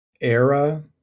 era